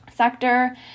sector